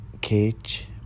cage